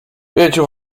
pięciu